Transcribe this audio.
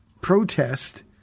protest